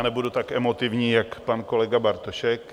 Nebudu tak emotivní jako pan kolega Bartošek.